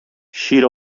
شیر